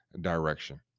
direction